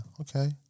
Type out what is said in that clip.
okay